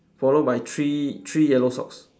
followed by three three yellow socks